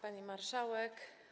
Pani Marszałek!